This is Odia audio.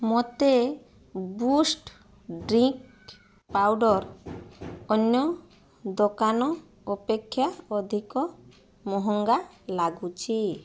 ମୋତେ ବୁଷ୍ଟ୍ ଡ୍ରିଙ୍କ୍ ପାଉଡ଼ର ଅନ୍ୟ ଦୋକାନ ଅପେକ୍ଷା ଅଧିକ ମହଙ୍ଗା ଲାଗୁଛି